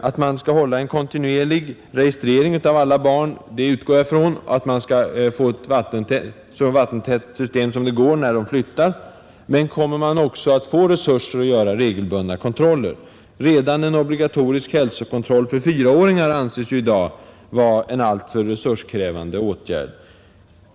Att man skall hålla en kontinuerlig registrering av alla barn utgår jag ifrån och att man skall få ett så vattentätt system som möjligt när de flyttar. Men kommer man också att få resurser att göra regelbundna kontroller? Redan en obligatorisk hälsokontroll för fyraåringar anses i dag vara en alltför resurskrävande åtgärd.